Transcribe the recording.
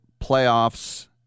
Playoffs